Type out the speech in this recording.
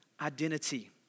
identity